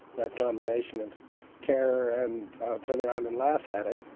that combination of terror and turn around and laugh at it.